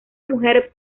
mujer